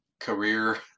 career